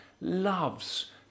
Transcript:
loves